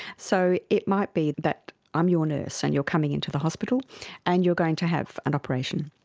so it might be that i'm your nurse and you're coming into the hospital and you're going to have an operation.